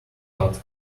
cut